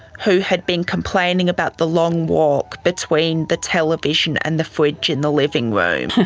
who had been complaining about the long walk between the television and the fridge in the living room.